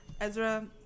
Ezra